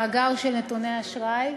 מאגר של נתוני אשראי,